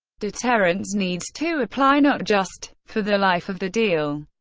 deterrence needs to apply not just for the life of the deal.